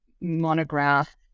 monograph